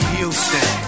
Houston